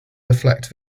deflect